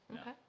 Okay